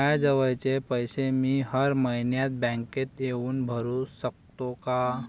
मायाजवळचे पैसे मी हर मइन्यात बँकेत येऊन भरू सकतो का?